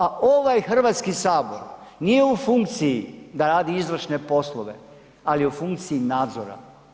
A ovaj Hrvatski sabor nije u funkciji da radi izvršne poslove ali je u funkciji nadzora.